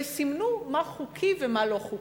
וסימנו מה חוקי ומה לא חוקי.